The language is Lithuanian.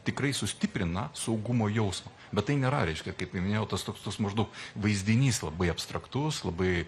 tikrai sustiprina saugumo jausmą bet tai nėra reiškia kaip minėjau tas toks tas maždaug vaizdinys labai abstraktus labai